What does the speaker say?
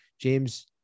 James